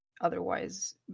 otherwise